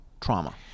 trauma